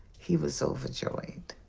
he was overjoyed.